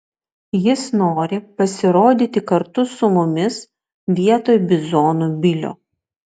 jis nori pasirodyti kartu su mumis vietoj bizonų bilio